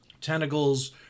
tentacles